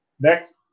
Next